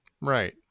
Right